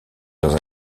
dans